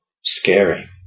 scary